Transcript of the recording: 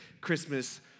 Christmas